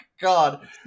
God